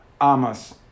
Amas